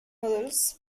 models